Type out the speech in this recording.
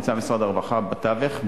נמצא משרד הרווחה בתווך,